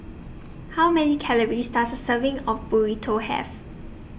How Many Calories Does A Serving of Burrito Have